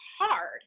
hard